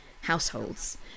households